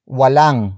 walang